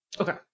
Okay